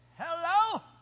Hello